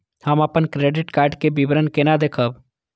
हम अपन credit card के विवरण केना देखब?